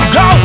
go